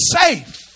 safe